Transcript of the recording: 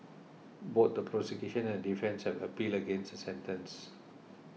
both the prosecution and the defence have appealed against the sentence